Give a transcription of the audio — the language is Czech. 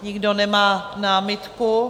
Nikdo nemá námitku.